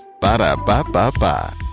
Ba-da-ba-ba-ba